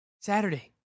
Saturday